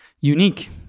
unique